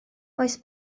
oes